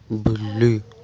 بلی